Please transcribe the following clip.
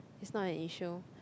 it's not an issue